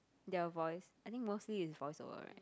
their voice I think mostly is voice-over right